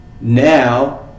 Now